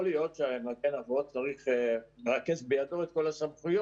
יכול להיות ש"מגן אבות ואימהות" צריך לרכז בידו את כל הסמכויות,